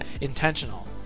intentional